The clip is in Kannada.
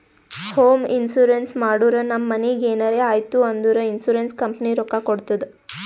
ಹೋಂ ಇನ್ಸೂರೆನ್ಸ್ ಮಾಡುರ್ ನಮ್ ಮನಿಗ್ ಎನರೇ ಆಯ್ತೂ ಅಂದುರ್ ಇನ್ಸೂರೆನ್ಸ್ ಕಂಪನಿ ರೊಕ್ಕಾ ಕೊಡ್ತುದ್